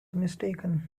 mistaken